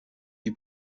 die